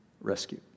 rescue